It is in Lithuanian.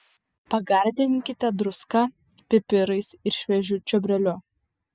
pagardinkite druska pipirais ir šviežiu čiobreliu